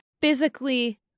physically